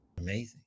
amazing